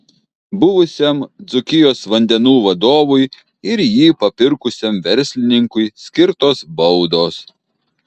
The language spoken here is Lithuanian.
buvusiam dzūkijos vandenų vadovui ir jį papirkusiam verslininkui skirtos baudos